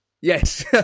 Yes